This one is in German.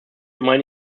meine